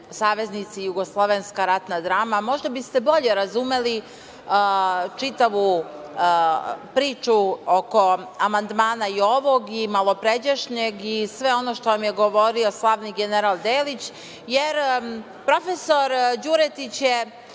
„Saveznici i jugoslovenska ratna drama“, možda biste bolje razumeli čitavu priču oko amandmana ovog i malopređašnjeg i sve ono što vam je govorio slavni general Delić, jer prof. Đuretić je